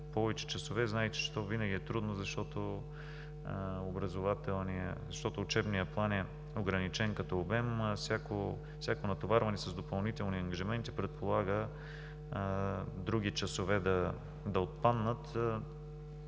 повече часове, знаете, че то винаги е трудно, защото учебния план е ограничен като обем. Всяко натоварване с допълнителни ангажименти, предполага да отпаднат